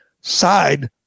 side